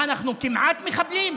מה, אנחנו כמעט מחבלים?